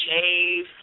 shave